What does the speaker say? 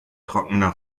trockener